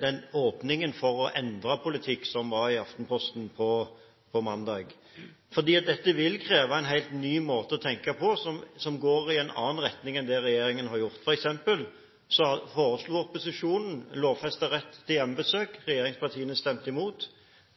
den åpningen for å endre politikk som var i Aftenposten på mandag, for dette vil kreve en helt ny måte å tenke på og som går i en annen retning enn det regjeringen har gjort. For eksempel foreslo opposisjonen lovfestet rett til hjemmebesøk, regjeringspartiene stemte imot.